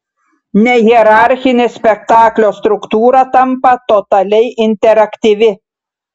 nehierarchinė spektaklio struktūra tampa totaliai interaktyvi